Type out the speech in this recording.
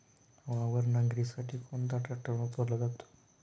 वावर नांगरणीसाठी कोणता ट्रॅक्टर वापरला जातो?